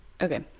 Okay